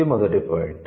ఇది మొదటి పాయింట్